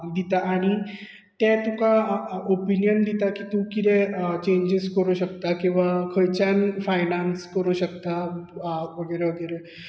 दिता आनी ते तुका ओपिनीयन दितात की तुजे कितें चेंजीस करूंक शकता किंवां खंयच्यान फायनान्स करूंक शकता वगैरे वगैरे